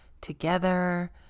together